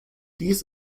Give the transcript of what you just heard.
dies